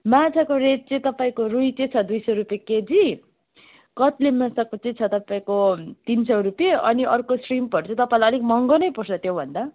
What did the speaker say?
माछाको रेट चाहिँ तपाईँको रुई चाहिँ छ दुई सौ रुपियाँ केजी कत्ले माछा चाहिँ छ तपाईँको तिन सौ रुपियाँ अनि अर्को स्रिम्पहरू चाहिँ तपाईँलाई अलिक महँगो नै पर्छ त्यो भन्दा